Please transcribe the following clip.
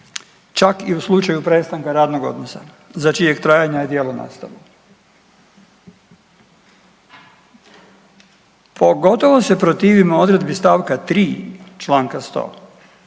čak i u slučaju prestanka radnog odnosa za čijeg trajanja je djelo nastalo. Pogotovo se protivimo odredbi st. 3 čl. 100